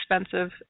expensive